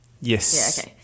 Yes